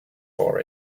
for